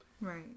Right